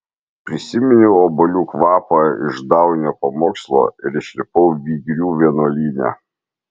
prisiminiau obuolių kvapą iš daunio pamokslo ir išlipau vygrių vienuolyne